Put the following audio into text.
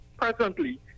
presently